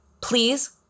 Please